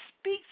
speak